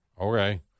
okay